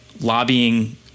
lobbying